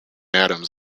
adams